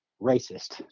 racist